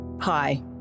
Hi